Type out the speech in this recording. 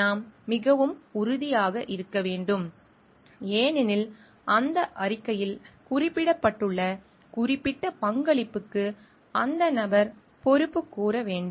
நாம் மிகவும் உறுதியாக இருக்க வேண்டும் ஏனெனில் அந்த அறிக்கையில் குறிப்பிடப்பட்டுள்ள குறிப்பிட்ட பங்களிப்புக்கு அந்த நபர் பொறுப்புக்கூற வேண்டும்